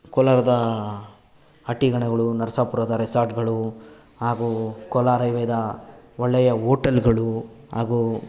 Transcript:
ಕೋಲಾರದ ಹಟ್ಟಿಗಣಿಗಳು ನರಸಾಪುರದ ರೆಸಾರ್ಟ್ಗಳು ಹಾಗೂ ಕೋಲಾರ ಹೈವೇದ ಒಳ್ಳೆಯ ಓಟಲ್ಗಳು ಹಾಗೂ